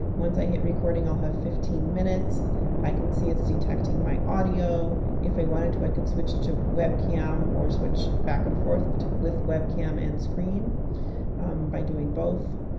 once i hit record i'll have fifteen minutes i can see it's detecting my audio if i wanted to i could switch to webcam or switch back and forth but with webcam and screen by doing both.